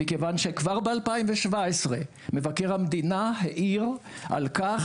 מכיוון שכבר ב-2017 מבקר המדינה העיר על כך